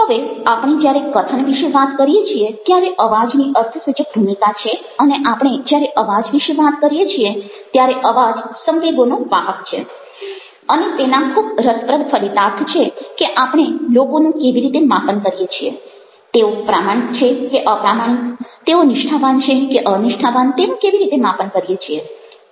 હવે આપણે જ્યારે કથન વિશે વાત કરીએ છીએ ત્યારે અવાજની અર્થસૂચક ભૂમિકા છે અને આપણે જ્યારે અવાજ વિશે વાત કરીએ છીએ ત્યારે અવાજ સંવેગોનો વાહક છે અને તેના ખૂબ રસપ્રદ ફલિતાર્થ છે કે આપણે લોકોનું કેવી રીતે માપન કરીએ છીએ તેઓ પ્રામાણિક છે કે અપ્રામાણિક તેઓ નિષ્ઠાવાન છે કે અનિષ્ઠાવાન તેવું કેવી રીતે માપન કરીએ છીએ